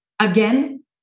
Again